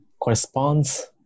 corresponds